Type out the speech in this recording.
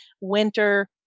winter